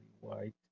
White